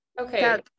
Okay